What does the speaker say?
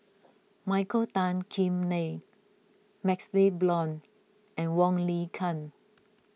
Michael Tan Kim Nei MaxLe Blond and Wong Lin Ken